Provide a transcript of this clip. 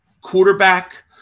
quarterback